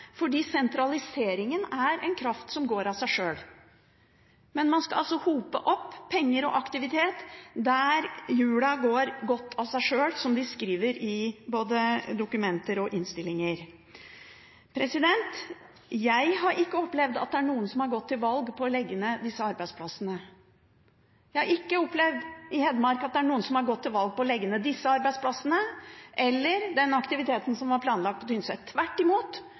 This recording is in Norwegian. sentraliseringen er en kraft som går av seg sjøl. Men nå skal man altså hope opp penger og aktivitet der hjulene går godt av seg sjøl, som de skriver i både dokumenter og innstillinger. Jeg har ikke opplevd at det er noen som har gått til valg på å legge ned disse arbeidsplassene. Jeg har ikke opplevd i Hedmark at det er noen som har gått til valg på å legge ned disse arbeidsplassene eller den aktiviteten som var planlagt på Tynset – tvert imot!